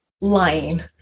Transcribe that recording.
lying